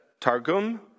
Targum